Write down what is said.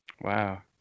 Wow